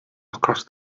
across